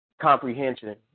comprehension